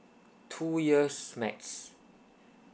two years max